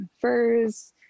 furs